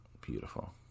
Beautiful